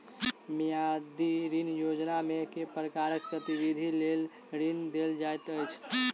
मियादी ऋण योजनामे केँ प्रकारक गतिविधि लेल ऋण देल जाइत अछि